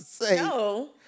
No